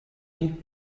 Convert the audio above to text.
ink